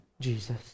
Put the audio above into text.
Jesus